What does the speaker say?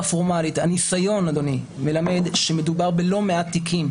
פורמלית שהניסיון מלמד שמדובר בלא מעט תיקים,